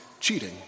cheating